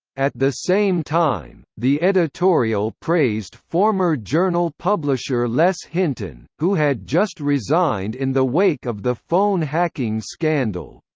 at the same time, the editorial praised former journal publisher les hinton, who had just resigned in the wake of the phone hacking scandal.